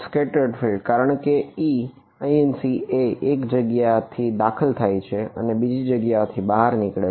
scatter field કારણ કે Einc એ એક જગ્યાએથી દાખલ થાય છે અને બીજી જગ્યાએથી બહાર નીકળે છે